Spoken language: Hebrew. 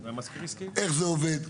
איך זה עובד?